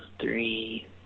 three